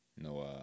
No